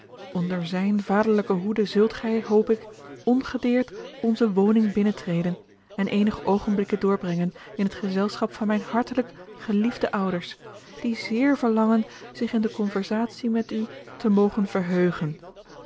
onder zijne vaderlijke hoede zult gij hoop ik ongedeerd onze woning binnentreden en eenige oogenblikken doorbrengen in het gezelschap van mijne hartelijk geliefde ouders die zeer verlangen zich in de conversatie met u te mogen verheugen